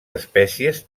espècies